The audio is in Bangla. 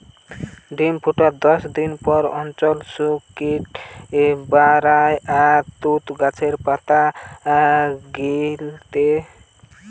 ডিম ফুটার দশদিন পর চঞ্চল শুক কিট বারায় আর তুত গাছের পাতা গিলতে রয়